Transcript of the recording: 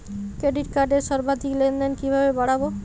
Credit কার্ডের সর্বাধিক লেনদেন কিভাবে বাড়াবো?